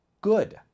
Good